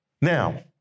Now